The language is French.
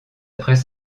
après